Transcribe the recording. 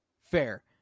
fair